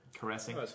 Caressing